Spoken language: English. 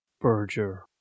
Berger